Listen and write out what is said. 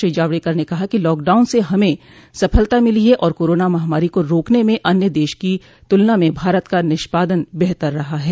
श्री जावडेकर ने कहा कि लॉकडाउन से हमें सफलता मिली है और कोरोना महामारी को रोकने में अन्य देशों की तुलना में भारत का निष्पादन बेहतर रहा है